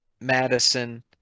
Madison